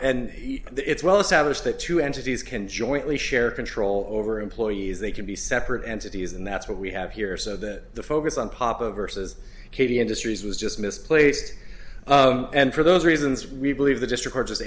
and it's well established that you entities can jointly share control over employees they can be separate entities and that's what we have here so that the focus on papa versus katy industries was just misplaced and for those reasons we believe the district or just